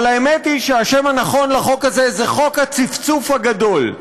אבל האמת היא שהשם הנכון לחוק הזה הוא "חוק הצפצוף הגדול".